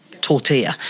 tortilla